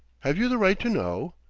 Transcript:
have you the right to know?